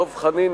דב חנין,